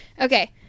Okay